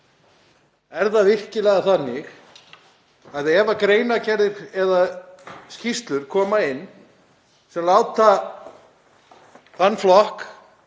Er það virkilega þannig að ef greinargerðir eða skýrslur koma inn sem láta þann flokk